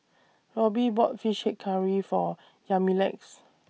Robby bought Fish Head Curry For Yamilex